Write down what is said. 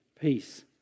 peace